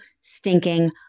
stinking